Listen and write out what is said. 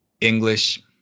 English